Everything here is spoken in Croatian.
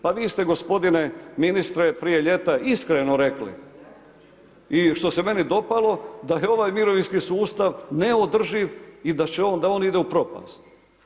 Pa vi ste gospodine ministre prije ljeta iskreno rekli i što se meni dopalo, da je ovaj mirovinski sustav neodrživ i da on ide u propast.